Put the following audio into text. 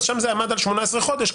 שם זה עמד על 18 חודשים,